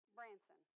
Branson